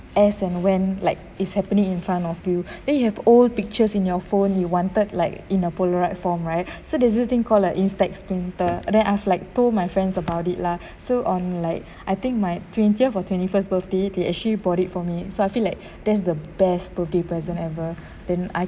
as and when like is happening in front of you then you have old pictures in your phone you wanted like in a polaroid form right so there's a thing called a instax printer then I was like told my friends about it lah so on like I think my twentieth or twenty first birthday they actually bought it for me so I feel like that's the best birthday present ever then I